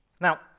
Now